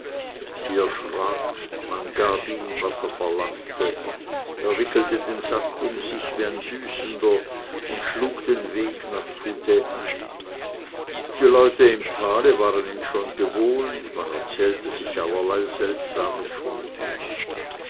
man gab ihm was er verlangte er wickelte den sack um sich wie ein büßender und schlug den weg nach fouday ein die leute im tale waren ihn schon gewohnt man erzählte sich allerlei seltsames von ihm